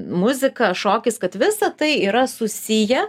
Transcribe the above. muzika šokis kad visa tai yra susiję